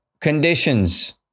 conditions